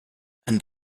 and